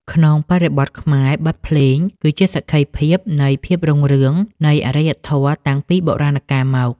ក្នុងបរិបទខ្មែរ បទភ្លេងគឺជាសក្ខីភាពនៃភាពរុងរឿងនៃអរិយធម៌តាំងពីបុរាណកាលមក។